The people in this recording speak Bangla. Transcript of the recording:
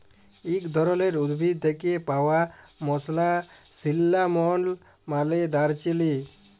ইক ধরলের উদ্ভিদ থ্যাকে পাউয়া মসলা সিল্লামল মালে দারচিলি